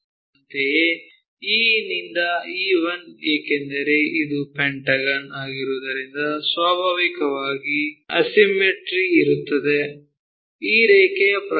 ಅಂತೆಯೇ E ನಿಂದ E1 ಏಕೆಂದರೆ ಇದು ಪೆಂಟಗನ್ ಆಗಿರುವುದರಿಂದ ಸ್ವಾಭಾವಿಕವಾಗಿ ಅಸಿಮ್ಮೆಟ್ರಿ ಇರುತ್ತದೆ ಈ ರೇಖೆಯ ಪ್ರಕಾರ